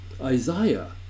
Isaiah